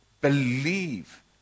Believe